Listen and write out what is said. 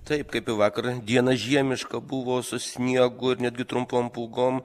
taip kaip vakar dieną žiemiška buvo su sniegu ir netgi trumpom pūgom